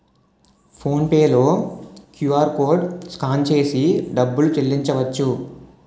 phone pay లో QR code scan చేసి డబ్బులు చెల్లించవచ్చు